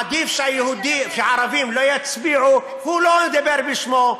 שעדיף שהערבים לא יצביעו, הוא לא מדבר בשמו.